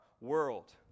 world